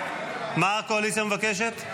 מה הקואליציה מבקשת?